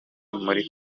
muri